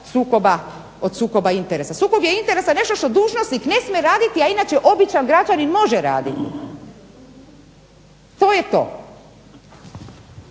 samo sukoba interesa. Sukob je interesa nešto što dužnosnik ne smije raditi, a inače običan građanin može raditi. To je to.